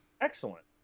Excellent